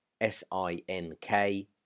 s-i-n-k